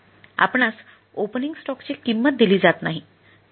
आपणास ओपनिंग स्टॉकची किंमत दिली जात नाही